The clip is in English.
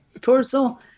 torso